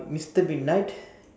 mister midnight